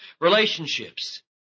relationships